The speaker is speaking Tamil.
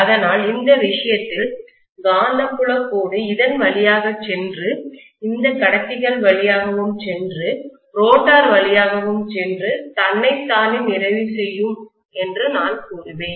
அதனால்இந்த விஷயத்தில் காந்தப்புலக் கோடு இதன் வழியாகச் சென்று இந்த கடத்திகள் வழியாகவும் சென்று ரோட்டார் வழியாகவும் சென்று தன்னைத் தானே நிறைவு செய்யும் என்று நான் கூறுவேன்